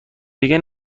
دیگه